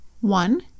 One